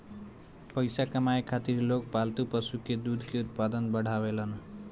पइसा कमाए खातिर लोग पालतू पशु के दूध के उत्पादन बढ़ावेलन